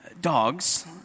Dogs